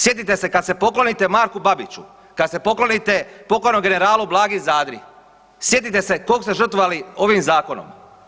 Sjetite se kad se poklonite Marku Babiću, kad se poklonite pokojnom generalu Blagi Zadri, sjetite se kog ste žrtvovali ovim zakonom.